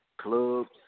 clubs